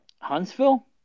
Huntsville